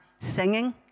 singing